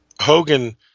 hogan